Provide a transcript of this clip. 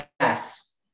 Yes